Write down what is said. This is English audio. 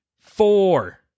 Four